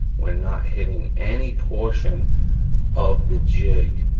we're not hitting any portion of the jig